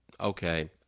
okay